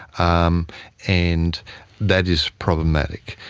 um and that is problematic.